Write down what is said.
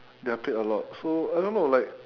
they are paid a lot so I don't know like